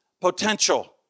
potential